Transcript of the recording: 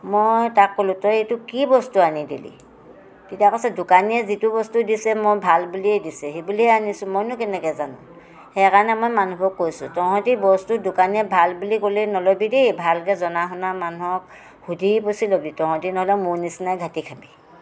মই তাক ক'লো তই এইটো কি বস্তু আনি দিলি তেতিয়া কৈছে দোকানীয়ে যিটো বস্তু দিছে মই ভাল বুলিয়ে দিছে সেইবুলিয়ে আনিছোঁ মইনো কেনেকৈ জানো সেইকাৰণে মই মানুহবোৰক কৈছোঁ তহঁতি বস্তু দোকানীয়ে ভাল বুলি ক'লেই নল'বি দেই ভালকৈ জনা শুনা মানুহক সুধি পুচি ল'বি তহঁতি নহ'লে মোৰ নিচিনা ঘাটি খাবি